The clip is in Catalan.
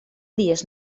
dies